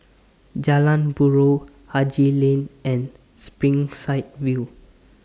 Jalan Buroh Haji Lane and Springside View